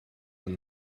when